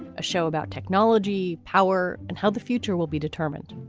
a show about technology, power and how the future will be determined.